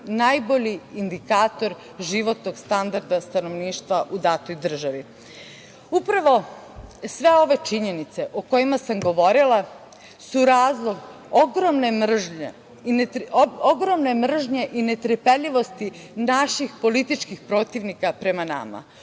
najbolji indikator životnog standarda stanovništva u datoj državi. Upravo sve ove činjenice o kojima sam govorila su razlog ogromne mržnje i netrpeljivosti naših političkih protivnika prema nama.